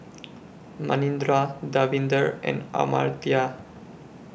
Manindra Davinder and Amartya